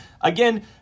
again